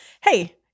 hey